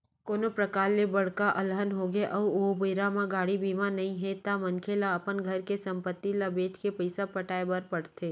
कोनो परकार ले बड़का अलहन होगे अउ ओ बेरा म गाड़ी बीमा नइ हे ता मनखे ल अपन घर के संपत्ति ल बेंच के पइसा पटाय बर पड़थे